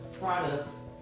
products